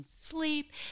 sleep